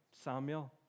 Samuel